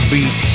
Beat